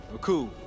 Cool